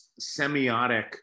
semiotic